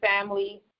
family